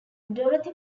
dorothy